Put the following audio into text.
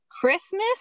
Christmas